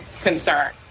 concern